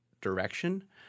direction